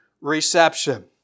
reception